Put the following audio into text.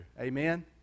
Amen